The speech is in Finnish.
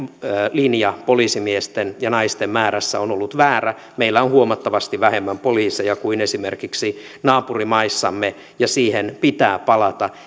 linja poliisimiesten ja naisten määrässä on ollut väärä meillä on huomattavasti vähemmän poliiseja kuin esimerkiksi naapurimaissamme ja siihen pitää palata